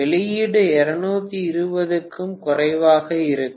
வெளியீடு 220 V க்கும் குறைவாக இருக்கும்